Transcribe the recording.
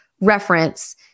reference